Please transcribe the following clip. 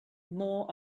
more